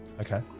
Okay